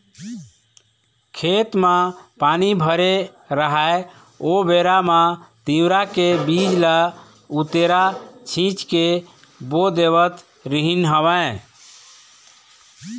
खेत म पानी भरे राहय ओ बेरा म तिंवरा के बीज ल उतेरा छिंच के बो देवत रिहिंन हवँय